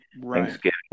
Thanksgiving